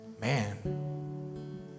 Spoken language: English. Man